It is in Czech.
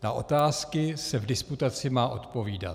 Na otázky se v diskutaci má odpovídat.